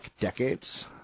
decades